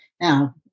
Now